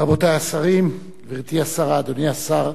רבותי השרים, גברתי השרה, אדוני השר,